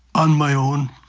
on my own,